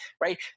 right